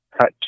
cut